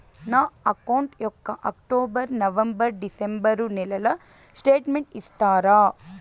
నా అకౌంట్ యొక్క October, November, December నెలల స్టేట్మెంట్ ఇస్తారా?